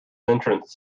entrance